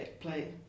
play